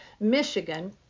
Michigan